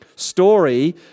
story